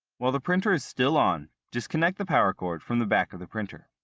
while the printer is still on, disconnect the power cord from the back of the printer.